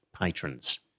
patrons